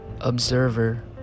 observer